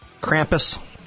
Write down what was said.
Krampus